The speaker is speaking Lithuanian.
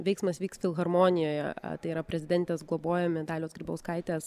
veiksmas vyks filharmonijoje tai yra prezidentės globojami dalios grybauskaitės